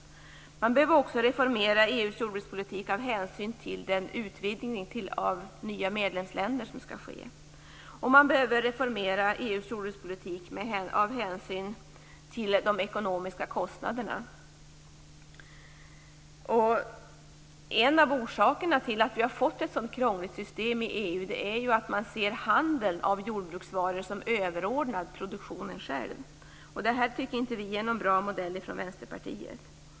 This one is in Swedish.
EU:s jordbrukspolitik behöver också reformeras med hänsyn till den utvidgning med nya medlemsländer som skall ske. Vidare behöver EU:s jordbrukspolitik reformeras med hänsyn till ekonomin, till kostnaderna. En orsak till att det har blivit ett så krångligt system i EU är att handeln med jordbruksvaror ses som överordnad produktionen som sådan. Vi i Vänsterpartiet tycker inte att det är en bra modell.